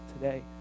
today